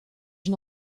une